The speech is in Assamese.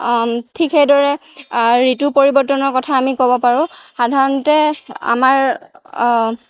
ঠিক সেইদৰে ঋতু পৰিৱৰ্তনৰ কথা আমি ক'ব পাৰোঁ সাধাৰণতে আমাৰ